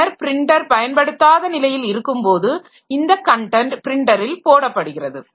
பின்னர் பிரின்டர் பயன்படுத்தாத நிலையில் இருக்கும்போது இந்த கன்டென்ட் பிரின்டரில் போடப்படுகிறது